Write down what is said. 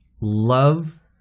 love